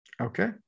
Okay